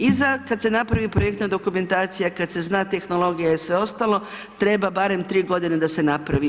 Iza kada se napravi projektna dokumentacija, kada se zna tehnologija i sve ostalo treba bare 3 godine da se napravi.